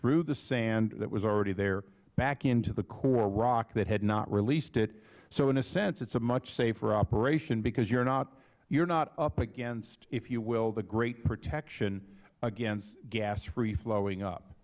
through the sand that was already there back into the core rock that had not released it so in a sense it's a much safer operation because you're not up against if you will the great protection against gas freeflowing up